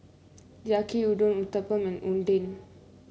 Yaki Udon Uthapam and Oden